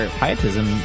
pietism